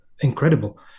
incredible